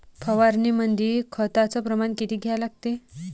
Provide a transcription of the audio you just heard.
फवारनीमंदी खताचं प्रमान किती घ्या लागते?